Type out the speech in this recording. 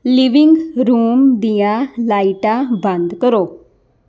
living room ਦੀਆਂ ਲਾਈਟਾਂ ਬੰਦ ਕਰੋ